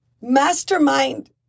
mastermind